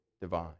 divine